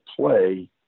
play